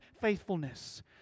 faithfulness